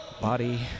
body